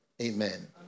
Amen